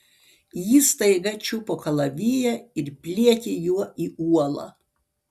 ji staiga čiupo kalaviją ir pliekė juo į uolą